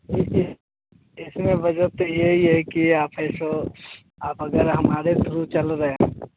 देखिए इसमें भाई साहब तो येही है कि आप एसो आप अगर हमारे थ्रू चल रहें हैं